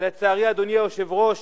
לצערי, אדוני היושב-ראש,